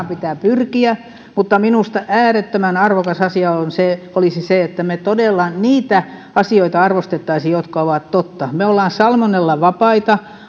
pitää pyrkiä mutta minusta äärettömän arvokas asia olisi se että me todella arvostaisimme niitä asioita jotka ovat totta me olemme salmonellavapaita